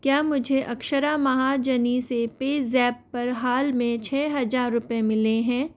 क्या मुझे अक्षरा महाजनी से पेज़ैप पर हाल में छः हजार रुपए मिले हैं